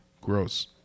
Gross